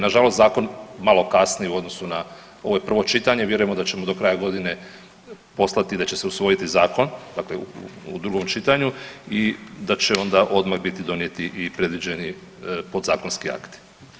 Nažalost, zakon malo kasni u odnosu na, ovo je prvo čitanje, vjerujemo da ćemo do kraja godine poslati i da će se usvojiti zakon, dakle u drugom čitanju i da će onda odmah biti donijeti i predviđeni podzakonski akti.